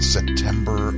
September